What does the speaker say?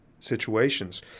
Situations